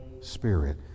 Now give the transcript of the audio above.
Spirit